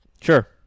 Sure